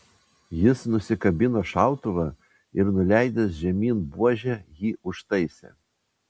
jis nusikabino šautuvą ir nuleidęs žemyn buožę jį užtaisė